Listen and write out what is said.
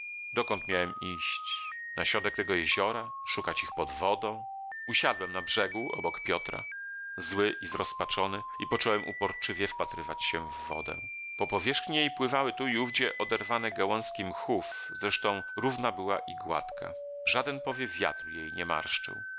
dokąd miałem iść na środek tego jeziora szukać ich pod wodą usiadłem na brzegu obok piotra zły i zrozpaczony i począłem uporczywie wpatrywać się w wodę po powierzchni jej pływały tu i ówdzie oderwane gałązki mchów zresztą równa była i gładka żaden powiew wiatru jej nie marszczył